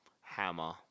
Hammer